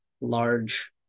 large